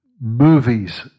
Movies